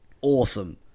awesome